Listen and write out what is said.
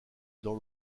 dans